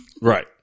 Right